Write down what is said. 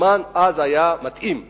הזמן אז היה מתאים לכך,